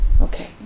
Okay